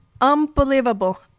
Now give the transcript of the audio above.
unbelievable